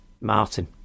Martin